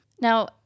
Now